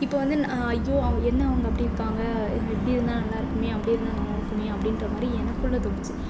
இப்போ வந்து நான் ஐயோ என்ன அவங்க அப்படி இருக்காங்க இப்படி இருந்தால் நல்லாயிருக்குமே அப்படி இருந்தால் நல்லாயிருக்குமே அப்படின்ற மாதிரி எனக்குள்ளே தோணுச்சு